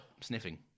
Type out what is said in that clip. sniffing